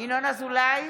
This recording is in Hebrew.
ינון אזולאי,